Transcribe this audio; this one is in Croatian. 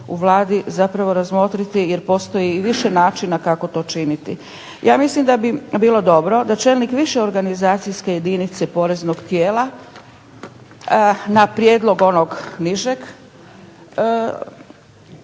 u Vladi zapravo razmotriti jer postoji i više načina kako to činiti. Ja mislim da bi bilo dobro da čelnik više organizacijske jedinice poreznog tijela na prijedlog onog nižeg,